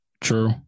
True